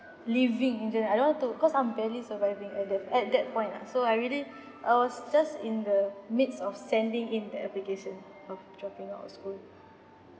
leaving in general I don't want to cause I'm barely surviving at the at that point lah so I really I was just in the midst of sending in the application of dropping out of school